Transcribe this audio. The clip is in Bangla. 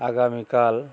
আগামীকাল